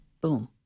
boom